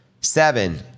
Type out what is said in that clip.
seven